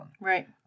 Right